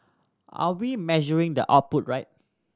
are we measuring the output right